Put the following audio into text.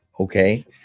Okay